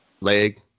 Leg